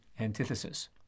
antithesis